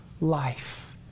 life